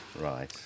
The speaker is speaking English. Right